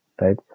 right